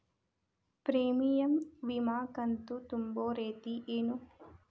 Premium ವಿಮಾ ಕಂತು ತುಂಬೋ ರೇತಿ ಏನು?